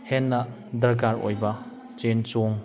ꯍꯦꯟꯅ ꯗꯔꯀꯥꯔ ꯑꯣꯏꯕ ꯆꯦꯟ ꯆꯣꯡ